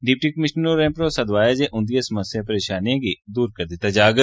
deputy commissioner होरें भरोसा दोआया जे उन्दियें समस्याएं परेशानियें गी दूर करी दित्ता जाग